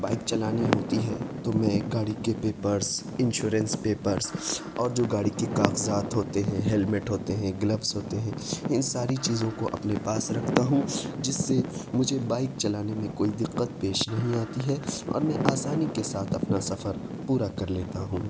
bike چلانی ہوتی ہے تو میں گاڑی کے پیپرس انشورنس پیپرس اور جو گاڑی کے کاغذات ہوتے ہیں ہیلمیٹ ہوتے گلوز ہوتے ہیں ان ساری چیزوں کو اپنے پاس رکھتا ہوں جس سے مجھے بائک چلانے میں کوئی دقت پیش نہیں آتی ہے اور میں آسانی کے ساتھ اپنا سفر پورا کر لیتا ہوں